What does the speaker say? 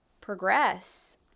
progress